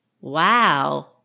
Wow